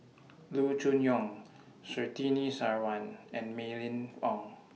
Loo Choon Yong Surtini Sarwan and Mylene Ong